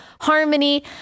harmony